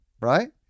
Right